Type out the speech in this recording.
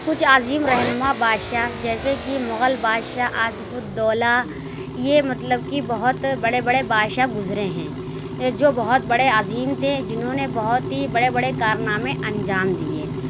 کچھ عظیم رہنما بادشاہ جیسے کہ مغل بادشاہ آصف الدولہ یہ مطلب کہ بہت بڑے بڑے بادشاہ گزرے ہیں جو بہت بڑے عظیم تھے جنہوں نے بہت ہی بڑے بڑے کارنامے انجام دیے